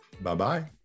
Bye-bye